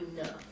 enough